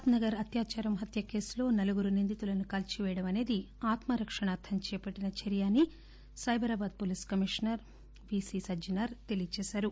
పాద్చ గర్ అత్యాచారం హత్య కేసులో నలుగురు నిందితులను కాల్సి పేయడం అసేది ఆత్మ రక్షణార్లం చేపట్టిన చర్య అని Cyberabad police commissioner VC Sajjanar చెప్పారు